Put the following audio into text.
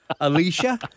Alicia